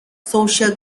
social